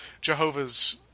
Jehovah's